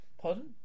Pardon